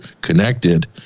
connected